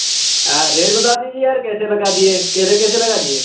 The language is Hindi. रेट बता दीजिए यार कैसे लगा दिए केले कैसे लगा दिए